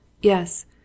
Yes